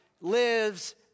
lives